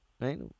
right